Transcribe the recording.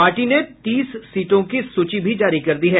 party ने तीस सीटों की सूची भी जारी कर दी है